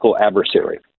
adversary